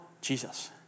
Jesus